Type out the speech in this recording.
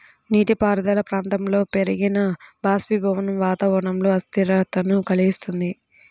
నీటిపారుదల ప్రాంతాలలో పెరిగిన బాష్పీభవనం వాతావరణంలో అస్థిరతను కలిగిస్తుంది